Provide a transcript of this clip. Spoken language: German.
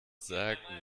sagen